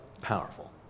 powerful